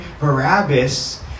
Barabbas